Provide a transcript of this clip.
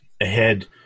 ahead